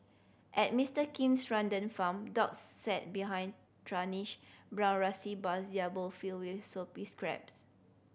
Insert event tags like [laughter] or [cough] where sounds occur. at Mister Kim's rundown farm dogs sat behind [unintelligible] brown [unintelligible] bars their bowl filled with soupy scraps